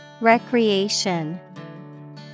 Recreation